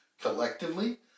collectively